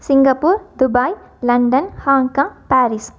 Singapore Dubai London Hong Kong Paris